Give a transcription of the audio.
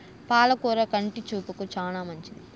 పాల కూర కంటి చూపుకు చానా మంచిది